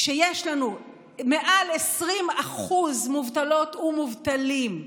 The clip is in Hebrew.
כשיש לנו מעל 20% מובטלות ומובטלים,